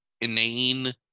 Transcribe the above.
inane